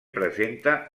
presenta